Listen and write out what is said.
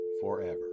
forever